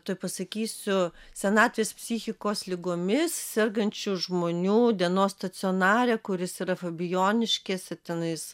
tuoj pasakysiu senatvės psichikos ligomis sergančių žmonių dienos stacionare kuris yra fabijoniškėse tenais